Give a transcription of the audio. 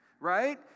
right